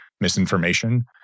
misinformation